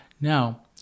Now